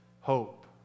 hope